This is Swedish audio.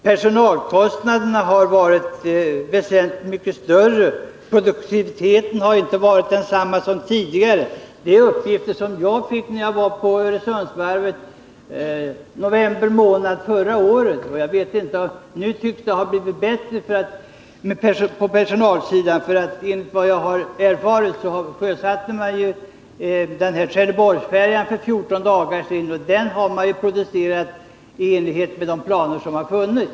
Personalkostnaderna har varit väsentligt större än man beräknat. Produktiviteten har inte varit densamma som tidigare. Det är uppgifter som jag fick när jag var på Öresundsvarvet i november förra året. Men nu tycks det ha blivit bättre på personalsidan. Enligt vad jag har erfarit sjösatte man Trelleborgsfärjan för 14 dagar sedan, och den har man producerat i enlighet med de planer som funnits.